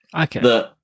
Okay